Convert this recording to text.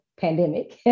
pandemic